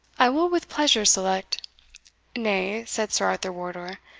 i will with pleasure select nay, said sir arthur wardour,